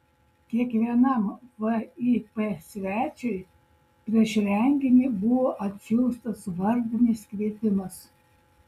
kiekvienam vip svečiui prieš renginį buvo atsiųstas vardinis kvietimas